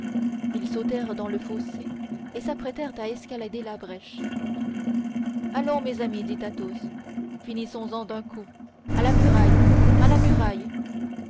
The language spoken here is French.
ils sautèrent dans le fossé et s'apprêtèrent à escalader la brèche allons mes amis dit athos finissons-en d'un coup à la muraille à la muraille